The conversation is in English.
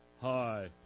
Hi